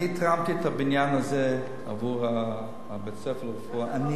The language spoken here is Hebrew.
אני התרמתי למען הבניין הזה עבור בית-הספר לרפואה,